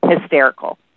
hysterical